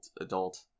adult